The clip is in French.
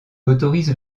autorise